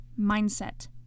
mindset